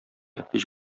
һич